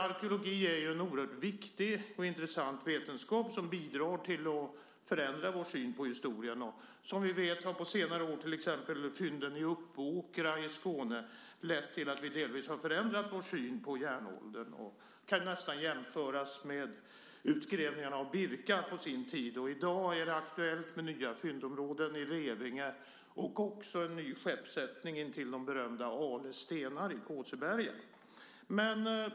Arkeologi är ju en oerhört viktig och intressant vetenskap som bidrar till att förändra vår syn på historien, och som vi vet har på senare år till exempel fynden i Uppåkra i Skåne lett till att vi delvis förändrat vår syn på järnåldern. Det kan nästan jämföras med utgrävningarna av Birka på sin tid. I dag är det även aktuellt med nya fyndområden i Revinge samt en ny skeppssättning intill de berömda Ale stenar i Kåseberga.